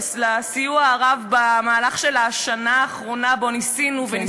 על הסיוע הרב במהלך השנה האחרונה שבה ניסינו וניסינו,